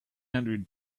hundred